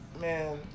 man